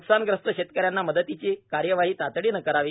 न्कसानग्रस्त शेतकऱ्यांना मदतीची कार्यवाही तातडीने करावी